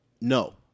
No